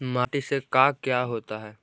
माटी से का क्या होता है?